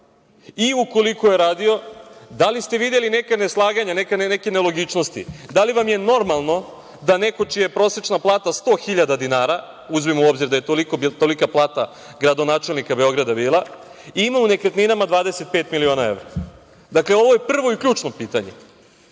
i ukoliko je radio, da li ste videli neka neslaganja, neke nelogičnosti? Da li vam je normalno da neko čija je prosečna plata 100.000 dinara, uzmimo u obzir da je tolika plata gradonačelnika Beograda bila i ima u nekretninama 25 miliona evra. Dakle, ovo je prvo i ključno pitanje.